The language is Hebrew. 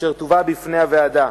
אשר תובא בפני הוועדה.